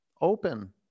open